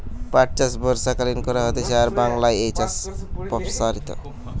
পাট চাষ বর্ষাকালীন করা হতিছে আর বাংলায় এই চাষ প্সারিত